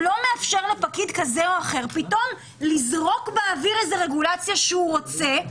הוא לא מאפשר לפקיד כזה או אחר לזרוק באוויר איזה רגולציה שהוא רוצה,